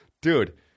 Dude